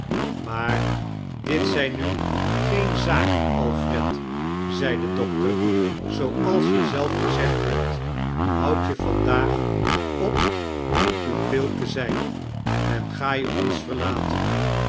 maar diit zijn nu geen zaken alfred zei de doctor zooals je zelf gezegd hetot bond je vandaag op mijii pupil te zijn en ga je one verlaten